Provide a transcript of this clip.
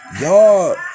y'all